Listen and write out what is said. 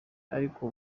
ariko